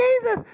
Jesus